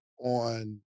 on